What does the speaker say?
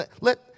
Let